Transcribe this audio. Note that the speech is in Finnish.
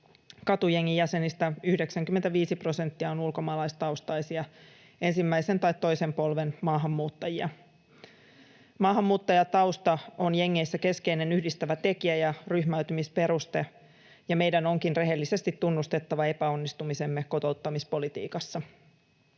katujengin jäsenistä 95 prosenttia on ulkomaalaistaustaisia ensimmäisen tai toisen polven maahanmuuttajia. Maahanmuuttajatausta on jengeissä keskeinen yhdistävä tekijä ja ryhmäy-tymisperuste, ja meidän onkin rehellisesti tunnustettava epäonnistumisemme kotouttamispolitiikassa.